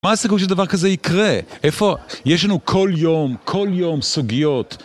מה הסיכוי שדבר כזה יקרה? יש לנו כל יום, כל יום סוגיות